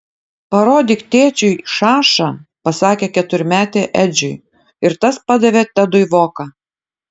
parodyk tėčiui šašą pasakė keturmetė edžiui ir tas padavė tedui voką